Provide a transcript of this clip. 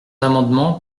amendements